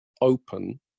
open